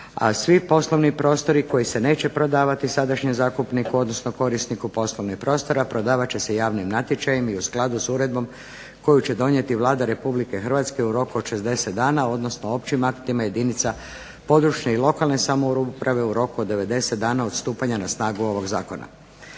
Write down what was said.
a svi poslovni prostori koji se neće prodavati sadašnjem zakupniku odnosno korisniku poslovnih prostora prodavat će se javnim natječajem i u skladu s uredbom koju će donijeti Vlada Republike Hrvatske u roku od 60 dana odnosno općim aktima jedinica područne i lokalne samouprave u roku od 90 dana od stupanja na snagu ovog zakona.